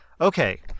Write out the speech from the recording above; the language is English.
okay